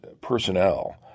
personnel